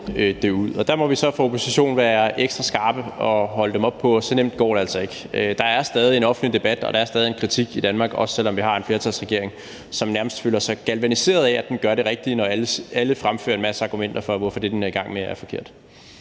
det dø ud. Der må vi så i oppositionen være ekstra skarpe og holde den op på, at så nemt går det altså ikke. Der er stadig en offentlig debat, og der er stadig en kritik i Danmark, også selv om vi har en flertalsregering, som nærmest føler sig galvaniseret af, at den gør det rigtige, når alle fremfører en masse argumenter for, hvorfor det, den er i gang med, er forkert.